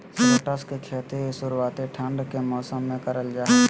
shallots के खेती शुरुआती ठंड के मौसम मे करल जा हय